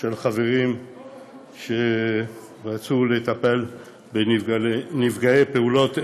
של חברים שרצו לטפל בנפגעי פעולות איבה,